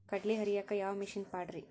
ಕಡ್ಲಿ ಹರಿಯಾಕ ಯಾವ ಮಿಷನ್ ಪಾಡ್ರೇ?